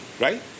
Right